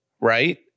right